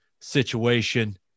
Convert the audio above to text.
situation